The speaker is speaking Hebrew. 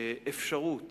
אפשרות